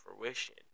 fruition